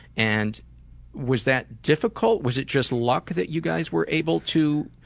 and was that difficult, was it just luck that you guys were able to?